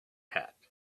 hat